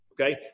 Okay